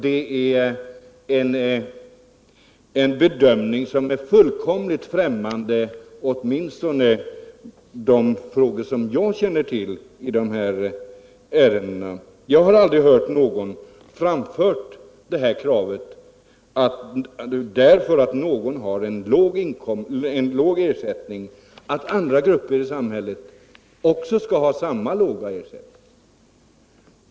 Det är en uppfattning som verkar fullkomligt främmande för mig i de ärenden jag känner till. Jag har aldrig hört någon framföra att därför att vissa har låg ersättning skall också andra grupper i samhället ha samma låga ersättning.